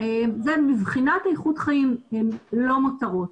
מבחינת איכות חיים הם לא מותרות.